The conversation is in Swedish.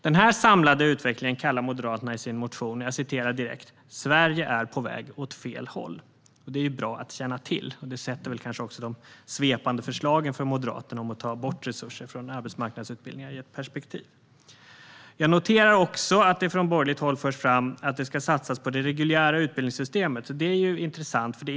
Den samlade utvecklingen kallar Moderaterna i sin motion att "Sverige är på väg åt fel håll". Det är bra att känna till. Det sätter väl de svepande förslagen från Moderaterna om att ta bort resurser från arbetsmarknadsutbildningar i ett perspektiv. Jag noterar också att det från borgerligt håll förs fram att det ska satsas på det reguljära utbildningssystemet. Det är intressant.